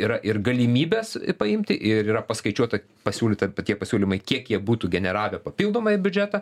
yra ir galimybės paimti ir yra paskaičiuota pasiūlyta p tie pasiūlymai kiek jie būtų generavę papildomai į biudžetą